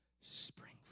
spring